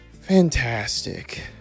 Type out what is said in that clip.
Fantastic